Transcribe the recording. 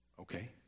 Okay